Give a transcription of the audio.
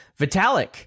Vitalik